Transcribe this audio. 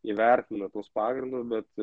įvertina tuos pagrindus bet